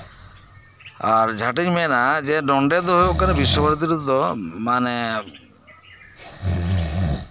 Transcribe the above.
ᱟᱨ ᱡᱟᱦᱟᱸᱴᱟᱜ ᱤᱧ ᱢᱮᱱᱟ ᱱᱚᱸᱰᱮ ᱫᱚ ᱵᱚᱞᱮ ᱦᱩᱭᱩᱜ ᱠᱟᱱᱟ ᱵᱤᱥᱥᱚᱵᱷᱟᱨᱚᱛᱤ ᱨᱮᱫᱚ ᱢᱟᱱᱮ